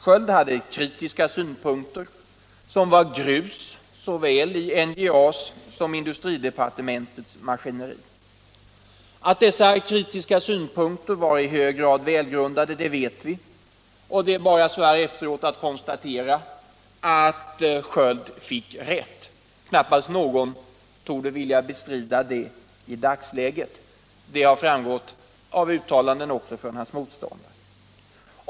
Sköld hade kritiska synpunkter som var grus i såväl NJA:s som industridepartementets maskineri. Att dessa kritiska synpunkter var i hög grad välgrundade vet vi, och det är så här efteråt bara att konstatera att Sköld fick rätt. Knappast någon torde vilja bestrida detta i dagens läge, det har framgått av uttalanden också från hans motståndare.